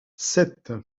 sept